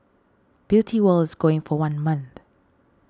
Beauty World is going for one month